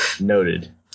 Noted